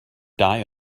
die